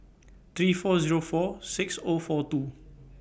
three four Zero four six O four two